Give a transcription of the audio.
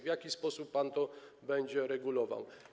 W jaki sposób pan to będzie regulował?